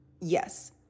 Yes